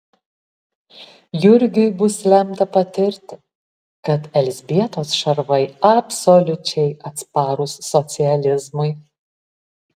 jurgiui bus lemta patirti kad elzbietos šarvai absoliučiai atsparūs socializmui